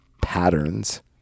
patterns